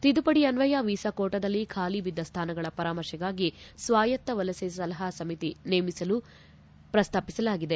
ತಿದ್ದುಪಡಿ ಅನ್ವಯ ವೀಸಾ ಕೋಟಾದಲ್ಲಿ ಖಾಲಿ ಬಿದ್ದ ಸ್ಥಾನಗಳ ಪರಾಮರ್ಶೆಗಾಗಿ ಸ್ವಾಯತ್ತ ವಲಸೆ ಸಲಹಾ ಸಮಿತಿ ನೇಮಿಸಲು ಪ್ರಸ್ತಾಪಿಸಲಾಗಿದೆ